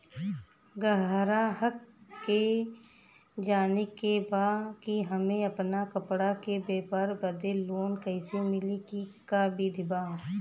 गराहक के जाने के बा कि हमे अपना कपड़ा के व्यापार बदे लोन कैसे मिली का विधि बा?